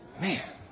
Man